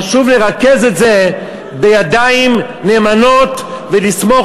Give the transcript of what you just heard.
חשוב לרכז את זה בידיים נאמנות ולסמוך